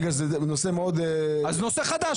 בגלל שזה נושא מאוד --- אז נושא חדש,